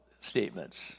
statements